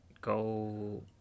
go